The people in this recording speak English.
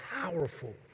powerful